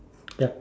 ya